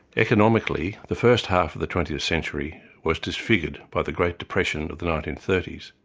economically, the first half of the twentieth century was disfigured by the great depression of the nineteen thirty s,